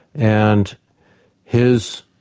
and his